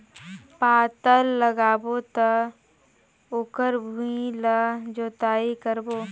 पातल लगाबो त ओकर भुईं ला जोतई करबो?